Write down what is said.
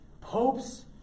Popes